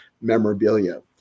memorabilia